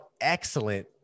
excellent